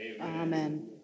Amen